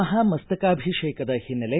ಮಹಾಮಸ್ತಕಾಭಿಷೇಕದ ಹಿನ್ನೆಲೆ